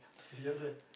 serious eh